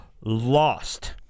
Lost